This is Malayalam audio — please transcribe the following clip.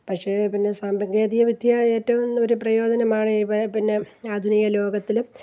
പക്ഷേ പിന്നെ സാങ്കേതിക വിദ്യ ഏറ്റവും ഒരു പ്രയോജനമാണ് പിന്നെ ആധുനിക ലോകത്തിലും